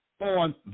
on